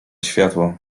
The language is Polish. światło